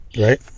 Right